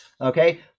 okay